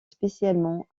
spécialement